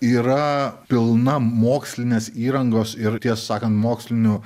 yra pilna mokslinės įrangos ir tiesą sakant mokslinių